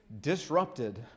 disrupted